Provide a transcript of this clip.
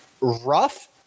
rough